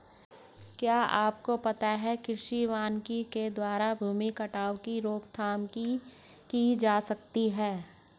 क्या आपको पता है कृषि वानिकी के द्वारा भूमि कटाव की रोकथाम की जा सकती है?